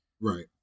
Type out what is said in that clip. Right